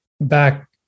back